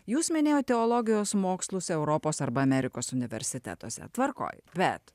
jūs minėjot teologijos mokslus europos arba amerikos universitetuose tvarkoj bet